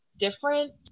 different